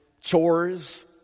chores